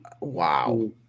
Wow